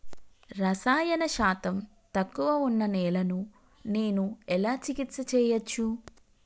రసాయన శాతం తక్కువ ఉన్న నేలను నేను ఎలా చికిత్స చేయచ్చు?